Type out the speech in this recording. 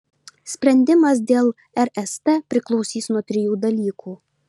sprendimas dėl rst priklausys nuo trijų dalykų